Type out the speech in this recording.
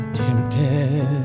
tempted